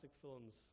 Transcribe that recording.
films